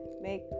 make